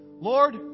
Lord